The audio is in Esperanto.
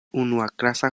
unuaklasa